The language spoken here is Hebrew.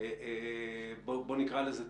למשרד החקלאות ולמשרד אוצר שבודקת את